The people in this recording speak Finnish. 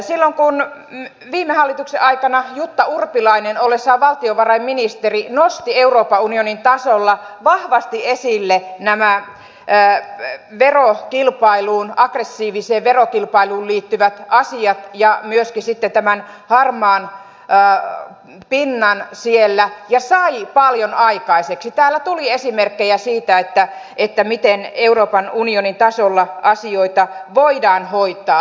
silloin kun viime hallituksen aikana jutta urpilainen ollessaan valtiovarainministeri nosti euroopan unionin tasolla vahvasti esille nämä aggressiiviseen verokilpailuun liittyvät asiat ja myöskin tämän harmaan pinnan siellä ja sai paljon aikaiseksi täällä tuli esimerkkejä siitä miten euroopan unionin tasolla asioita voidaan hoitaa